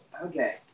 Okay